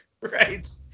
Right